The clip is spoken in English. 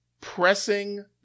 pressing